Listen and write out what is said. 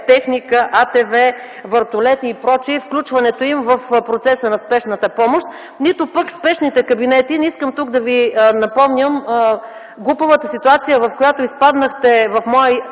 техника, АТВ, вертолети и прочее, включването им в процеса на спешната помощ, нито пък спешните кабинети. Не искам тук да Ви напомням глупавата ситуация, в която изпаднахте в моя